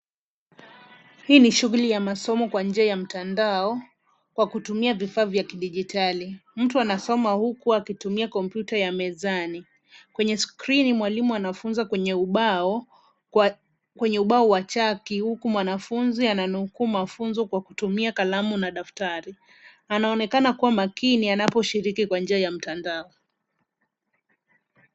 Hii ni shughuli ya masomo Kwa njia ya mtandao, Kwa kutumia vifaa vya kidigitali, mtu anasoma uku akitumia computa ya mezani kwenye skrini mwalimu anafunza kwenye ubao wa chaki uku mwanafumzi ananukuu mafunzo Kwa kutumia kalamu na daftari anaonekana kuwa makini anaposhirika Kwa njia ya mtandao